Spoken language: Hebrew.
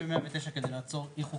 משתמשים ב-109 כדי לעצור אי חוקיות.